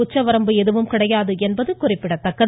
உச்சவரம்பு எதுவும் கிடையாது என்பது குறிப்பிடத்தக்கது